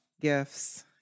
gifts